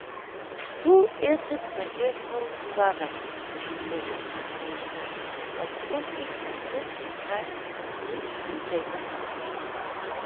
hoe is t met juffrouw noiret vroeg ik aan de moeder alsof ik van dit gesprek niets begrepen had